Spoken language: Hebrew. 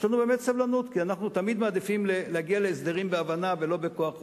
כי אנחנו תמיד מעדיפים להגיע להסדרים והבנה ולא בכוח חוק.